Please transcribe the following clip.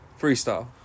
Freestyle